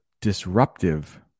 disruptive